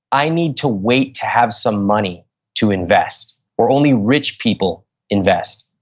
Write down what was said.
i need to wait to have some money to invest, or only rich people invest.